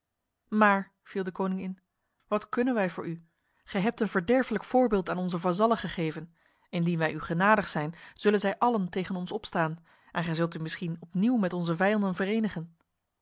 maar viel de koning in wat kunnen wij voor u gij hebt een verderfelijk voorbeeld aan onze vazallen gegeven indien wij u genadig zijn zullen zij allen tegen ons opstaan en gij zult u misschien opnieuw met onze vijanden verenigen